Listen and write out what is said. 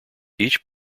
each